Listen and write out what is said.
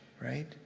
right